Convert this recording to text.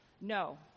No